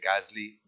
Gasly